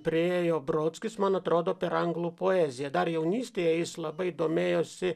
priėjo brodskis man atrodo per anglų poeziją dar jaunystėje jis labai domėjosi